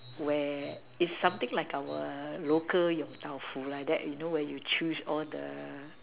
where it's something like our local Yong-Tau-Foo like that you know where you choose all the